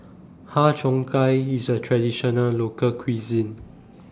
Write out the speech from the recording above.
Har Cheong Gai IS A Traditional Local Cuisine